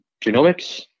genomics